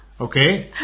okay